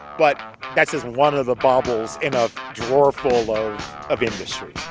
but that's just one of the bobbles in a drawer full of industry